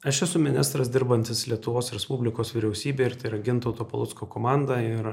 aš esu ministras dirbantis lietuvos respublikos vyriausybėj ir tai yra gintauto palucko komanda ir